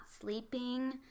sleeping